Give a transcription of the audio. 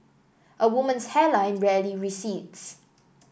a woman's hairline rarely recedes